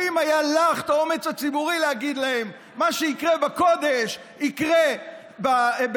האם היה לך האומץ הציבורי להגיד להם: מה שיקרה בקודש יקרה באנגלית?